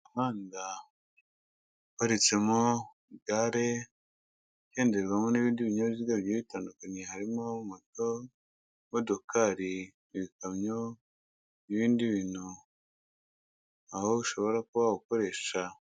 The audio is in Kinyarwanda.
Umuhanda uparitsemo igare ugenderwamo n'ibindi binyabiziga, bigiye bitandukanye harimo imodokari ibikamyo n'ibindi bintu aho ushobora kuba wawukoresha.